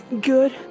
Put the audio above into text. good